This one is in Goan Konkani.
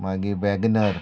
मागीर वॅगनर